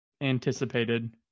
anticipated